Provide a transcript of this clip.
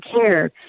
care